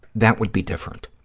that would be different.